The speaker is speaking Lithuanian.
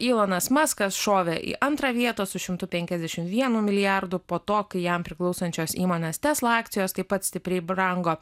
ilonas maskas šovė į antrą vietą su šimtu penkiasdešimt vienu milijardu po to kai jam priklausančios įmonės tesla akcijos taip pat stipriai brango